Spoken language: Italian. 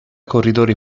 corridori